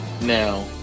Now